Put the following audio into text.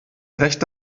recht